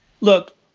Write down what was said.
Look